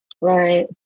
Right